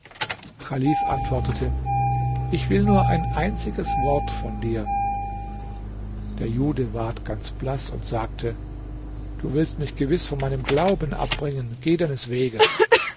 antwortete ich will nur ein einziges wort von dir der jude ward ganz blaß und sagte du willst mich gewiß von meinem glauben abbringen geh deines weges